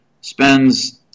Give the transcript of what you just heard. spends